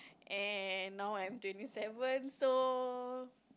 and now I'm twenty seven so